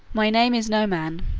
my name is noman.